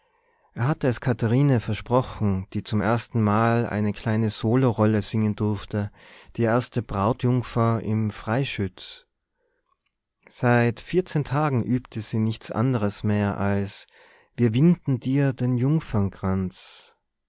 er hatte es katharine versprochen die zum erstenmal eine kleine solorolle singen durfte die erste brautjungfer im freischütz seit vierzehn tagen übte sie nichts anderes mehr als wir winden dir den